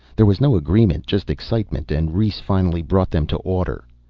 there was no agreement, just excitement, and rhes finally brought them to order.